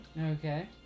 Okay